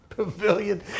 pavilion